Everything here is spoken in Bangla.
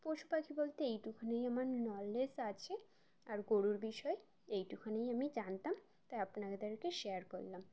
পশু পাাখি বলতে এইটুখানেই আমার নলেজ আছে আর গরুর বিষয় এইটুখানেই আমি জানতাম তাই আপনদেরকে শেয়ার করলাম